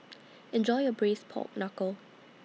Enjoy your Braised Pork Knuckle